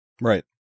Right